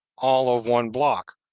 all of one block,